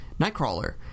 nightcrawler